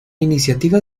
iniciativa